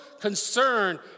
concern